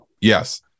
Yes